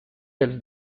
tells